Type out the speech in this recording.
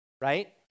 Right